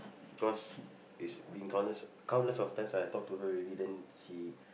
cause it's been countless countless of times I talk to her already then she